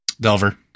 Delver